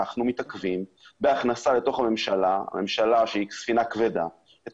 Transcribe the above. אנחנו מתעכבים בהכנסה לתוך הממשלה - הממשלה שהיא ספינה כבדה את